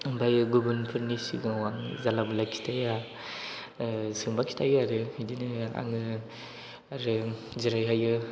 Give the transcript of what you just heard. ओमफ्रायो गुबुनफोरनि सिगाङाव आं जाल्ला मोल्ला खिथाया सोंबा खिथायो आरो बिदिनो आं आरो जेरैहायो